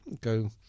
go